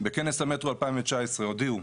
בכנס המטרו ב-2019 הודיעו,